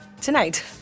Tonight